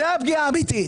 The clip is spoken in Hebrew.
זאת הפגיעה האמיתית.